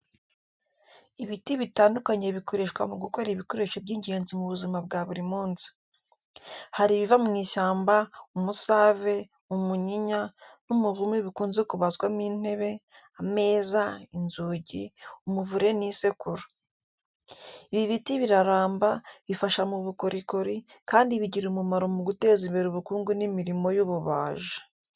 Ibiti bitandukanye bikoreshwa mu gukora ibikoresho by’ingenzi mu buzima bwa buri munsi. Hari ibiva mu ishyamba, umusave, umunyinya, n’umuvumu bikunze kubazwamo intebe, ameza, inzugi, umuvure n’isekuru. Ibi biti biraramba, bifasha mu bukorikori, kandi bigira umumaro mu guteza imbere ubukungu n’imirimo y’ububaji.